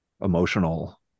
emotional